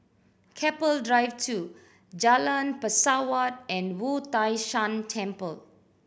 Keppel Drive Two Jalan Pesawat and Wu Tai Shan Temple